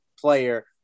player